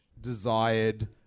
desired